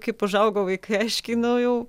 kaip užaugo vaikai aiškiai nu jau